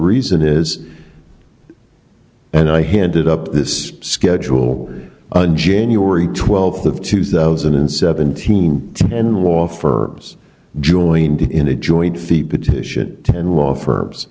reason is and i handed up this schedule on january twelfth of two thousand and seventeen and law firms joined in a joint fee petition and law firms